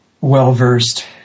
well-versed